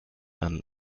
and